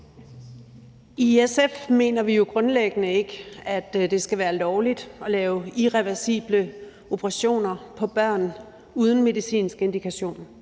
I SF mener vi jo grundlæggende ikke, at det skal være lovligt at lave irreversible operationer på børn uden medicinsk indikation.